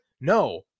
No